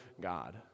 God